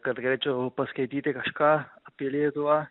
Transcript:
kad galėčiau paskaityti kažką apie lietuvą